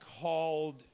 called